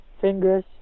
fingers